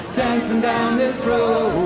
dancing down this road,